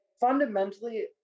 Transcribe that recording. fundamentally